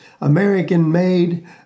American-made